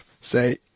say